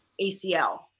ACL